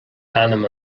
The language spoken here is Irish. ainm